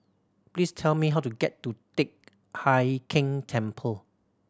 please tell me how to get to Teck Hai Keng Temple